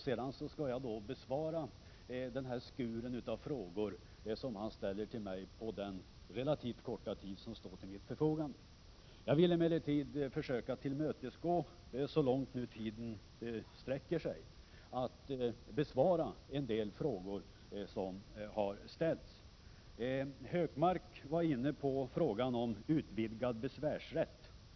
Jag skall då besvara den skur av frågor som han ställer till mig på den relativt korta tid som står till mitt förfogande. Jag vill emellertid försöka tillmötesgå Gunnar Hökmark, så långt tiden räcker, och besvara en del frågor som har ställts. Gunnar Hökmark var inne på frågan om utvidgad besvärsrätt.